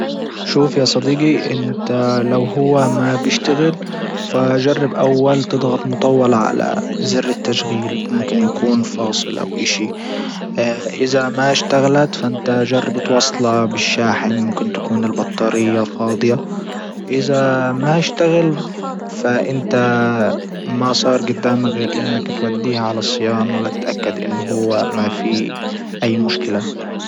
شوف يا صديجي انت لو هو ما بيشتغل فجرب اول تضغط مطول على زر التشغيل ممكن يكون فاصل او اشي اذا ما اشتغلت فانت جرب توصلا بالشاحن ممكن تكون البطارية فاضية اذا ما اشتغل فانت ما صار جدامك غير انك توديها على الصيانة ولا تتأكد انه هو ما في اي مشكلة.